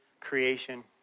creation